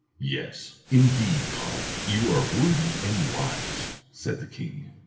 yes, indeed, conall, you are wordy and wise, said the king.